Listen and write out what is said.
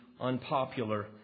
unpopular